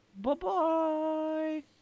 Bye-bye